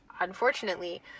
unfortunately